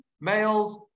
males